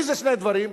איזה שני דברים?